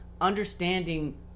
understanding